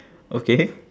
okay